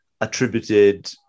attributed